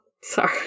Sorry